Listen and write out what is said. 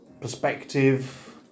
Perspective